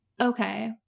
okay